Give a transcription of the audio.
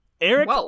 Eric